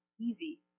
easy